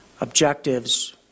objectives